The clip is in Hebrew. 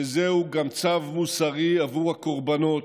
וזהו גם צו מוסרי עבור הקורבנות,